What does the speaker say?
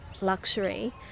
luxury